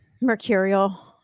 mercurial